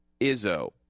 Izzo